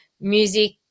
music